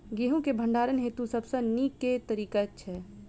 गेंहूँ केँ भण्डारण हेतु सबसँ नीक केँ तरीका छै?